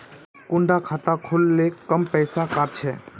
कुंडा खाता खोल ले कम पैसा काट छे?